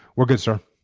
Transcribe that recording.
we're good, sir.